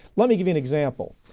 let me give you an example.